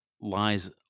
lies